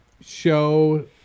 show